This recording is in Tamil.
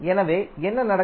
எனவே என்ன நடக்கும்